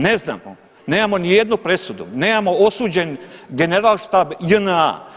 Ne znamo, nemamo ni jednu presudu, nemamo osuđen generalštab JNA.